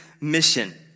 mission